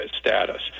status